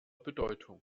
bedeutung